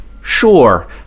Sure